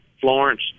Florence